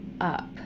up